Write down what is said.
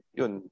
yun